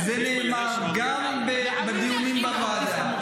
זה נאמר גם בדיונים בוועדה.